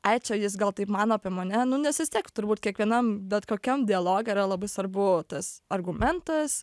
ai čia jis gal taip mano apie mane nes vis tiek turbūt kiekvienam bet kokiam dialoge yra labai svarbu tas argumentas